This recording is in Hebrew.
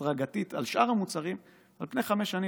הדרגתית, על שאר המוצרים על פני חמש שנים.